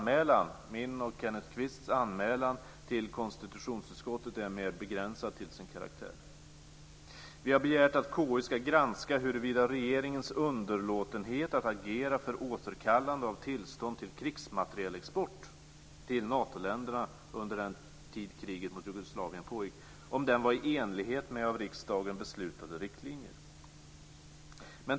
Min och Kenneth Kvists anmälan till konstitutionsutskottet är mer begränsad till sin karaktär. Vi har begärt att KU ska granska huruvida regeringens underlåtenhet att agera för återkallande av tillstånd till krigsmaterielexport till Natoländerna under den tid som kriget mot Jugoslavien pågick var i enlighet med av riksdagen beslutade riktlinjer.